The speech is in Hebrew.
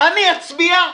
אני אצביע?